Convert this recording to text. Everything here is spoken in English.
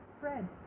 Fred